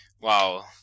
Wow